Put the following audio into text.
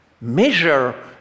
measure